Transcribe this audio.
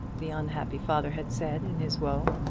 the unhappy father had said in his woe.